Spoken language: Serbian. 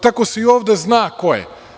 Tako se i ovde zna ko je.